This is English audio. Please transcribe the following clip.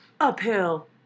uphill